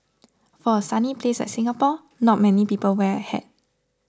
for a sunny place like Singapore not many people wear a hat